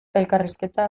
elkarrizketa